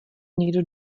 někdo